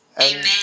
Amen